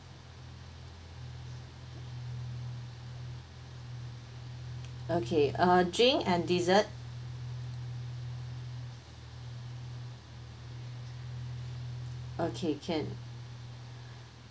okay uh drink and dessert okay can